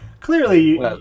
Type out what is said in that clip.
Clearly